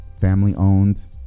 family-owned